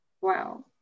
wow